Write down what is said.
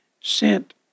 sent